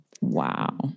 wow